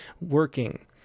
working